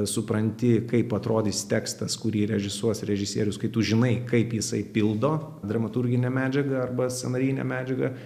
supranti kaip atrodys tekstas kurį režisuos režisierius kai tu žinai kaip jisai pildo dramaturginę medžiagą arba sąnarinę medžiagą